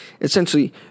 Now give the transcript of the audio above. essentially